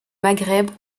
maghreb